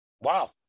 wow